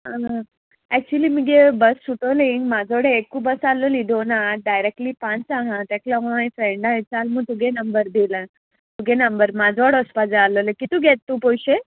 आ actually मगे bus सुटोलेंग म्हाजोडे एकू बस आल्होली दोन हांव डायरेक्टली पांच आहा तेका लागो हांयें फ्रेंडा आय चाल मुगो तुगे नंबर दिलां तुगे नंबर माजोड वचपा जाय आल्होलें कितू घेता तूं पयशे